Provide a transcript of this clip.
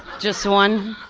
just one?